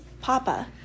Papa